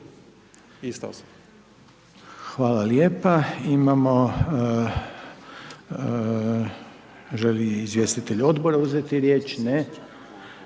(HDZ)** Hvala lijepa. Želi li izvjestitelji Odbora uzeti riječ? Ne.